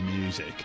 music